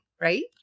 right